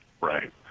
right